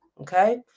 Okay